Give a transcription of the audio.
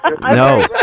No